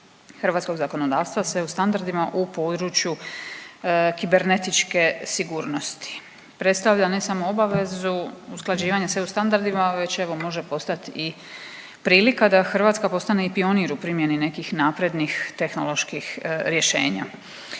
hrvatskog zakonodavstva sa EU standardima u području kibernetičke sigurnosti. Predstavlja ne samo obavezu usklađivanja sa EU standardima već evo može postati i prilika da Hrvatska postane i pionir u primjeni nekih naprednih tehnoloških rješenja.